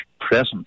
present